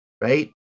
right